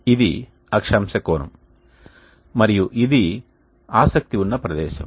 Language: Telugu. ఇది అక్షాంశ కోణం మరియు ఇది ఆసక్తి ఉన్న ప్రదేశం